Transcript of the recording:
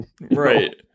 Right